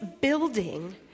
building